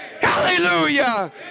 Hallelujah